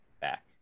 back